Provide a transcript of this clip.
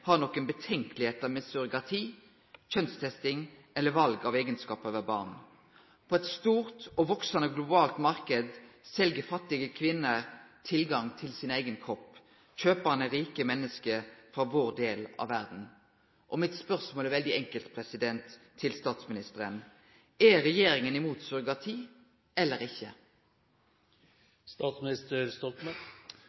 har nokon innvendingar mot surrogati, kjønnstesting eller val av eigenskapar ved barn. På ein stor og vaksande global marknad sel fattige kvinner tilgang til sin eigen kropp. Kjøparane er rike menneske frå vår del av verda. Spørsmålet mitt til statsministeren er veldig enkelt: Er regjeringa imot surrogati eller ikkje?